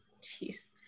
jeez